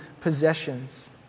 possessions